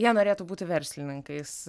jie norėtų būti verslininkais